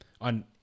on